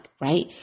Right